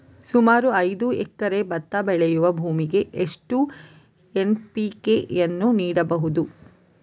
ಸುಮಾರು ಐದು ಎಕರೆ ಭತ್ತ ಬೆಳೆಯುವ ಭೂಮಿಗೆ ಎಷ್ಟು ಎನ್.ಪಿ.ಕೆ ಯನ್ನು ನೀಡಬಹುದು?